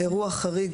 "אירוע חריג",